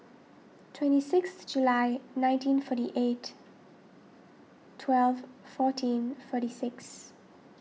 twenty six July nineteen forty eight twelve fourteen forty six